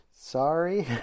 Sorry